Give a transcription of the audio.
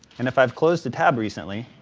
and if i've closed a tab recently,